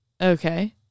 okay